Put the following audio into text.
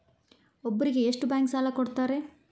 ಒಬ್ಬರಿಗೆ ಎಷ್ಟು ಬ್ಯಾಂಕ್ ಸಾಲ ಕೊಡ್ತಾರೆ?